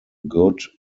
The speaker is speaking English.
good